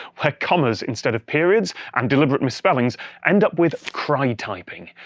where commas instead of periods and deliberate misspellings end up with crytyping,